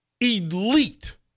elite